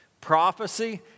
prophecy